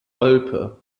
olpe